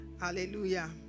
hallelujah